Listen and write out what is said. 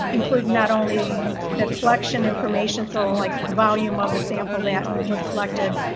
including not only the the collection information, so like the volume of the sample that was collected,